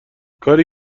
کاری